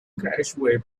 carriageway